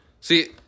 See